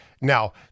Now